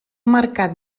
marcat